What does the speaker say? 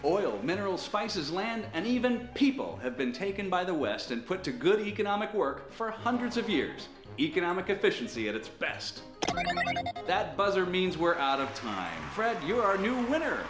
boiled mineral spices land and even people have been taken by the west and put to good economic work for hundreds of years economic efficiency at its best that buzzer means we're out of bread you are a new winner